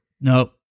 Nope